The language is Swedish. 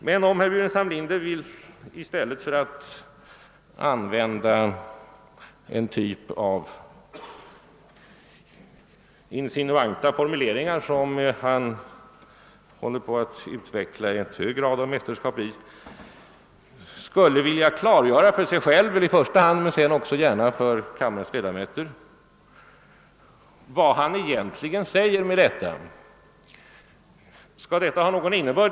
Men om herr Burenstam Linder i stället för alt använda en typ av insinuanta formuleringar — något som han för Övrigt håller på att utveckla till ett mästerskap — skulle vilja klargöra, i första hand för sig själv men också gärna för kammarens ledamöter, vad han egentligen säger med detta, vore det bra.